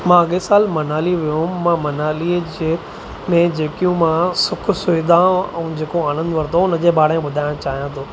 मां अॻे सालु मनाली वियो हुउमि मां मनालीअ जे में जेकियूं मां सुखु सुविधाऊं ऐं जेको आनंदु वरितो हुन जे बारे में ॿुधाइणु चाहियां थो